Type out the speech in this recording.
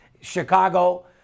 Chicago